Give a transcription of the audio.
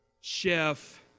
chef